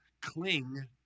cling